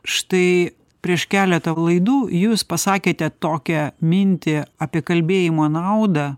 štai prieš keletą laidų jūs pasakėte tokią mintį apie kalbėjimo naudą